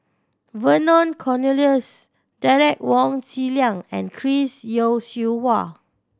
Vernon Cornelius Derek Wong Zi Liang and Chris Yeo Siew Hua